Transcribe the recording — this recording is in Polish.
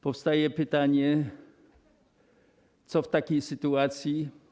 Powstaje zatem pytanie: Co w takiej sytuacji?